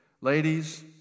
Ladies